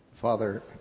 Father